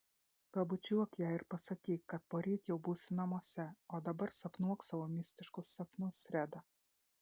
pabučiuok ją ir pasakyk kad poryt jau būsiu namuose o dabar sapnuok savo mistiškus sapnus reda